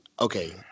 okay